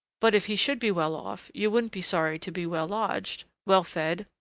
but if he should be well off, you wouldn't be sorry to be well lodged, well fed,